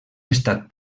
estat